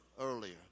earlier